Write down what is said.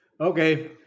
okay